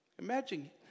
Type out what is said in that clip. Imagine